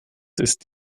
ist